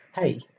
Hey